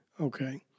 okay